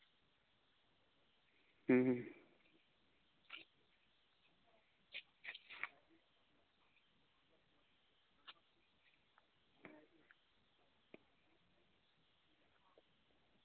ᱦᱩᱸ